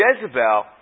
Jezebel